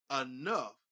enough